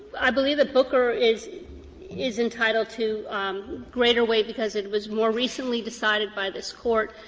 i believe that booker is is entitled to greater weight because it was more recently decided by this court,